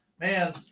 Man